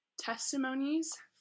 testimonies